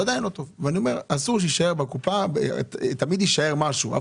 אני אומר שתמיד יישאר משהו בקופה,